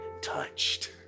touched